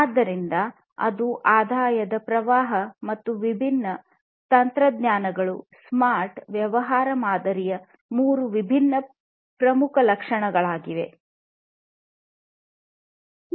ಆದ್ದರಿಂದ ಅದು ಆದಾಯದ ಪ್ರವಾಹ ಮತ್ತು ವಿಭಿನ್ನ ತಂತ್ರಜ್ಞಾನಗಳು ಸ್ಮಾರ್ಟ್ ವ್ಯವಹಾರ ಮಾದರಿಯ ಮೂರು ವಿಭಿನ್ನ ಪ್ರಮುಖ ಲಕ್ಷಣಗಳಾಗಿವೆ